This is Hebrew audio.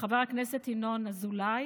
וחבר הכנסת ינון אזולאי.